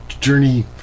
journey